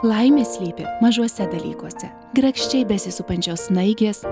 laimė slypi mažuose dalykuose grakščiai besisupančios snaigės